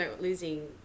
losing